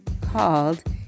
called